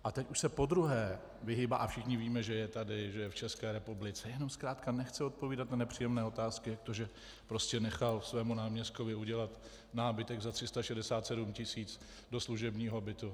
A teď už se po druhé vyhýbá a všichni víme, že je tady, že je v České republice, jenom zkrátka nechce odpovídat na nepříjemné otázky, jak to, že prostě nechal svému náměstkovi udělat nábytek za 367 tisíc do služebního bytu.